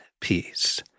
peace